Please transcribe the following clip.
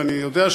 ואני יודע,